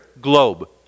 globe